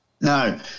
no